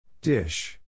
Dish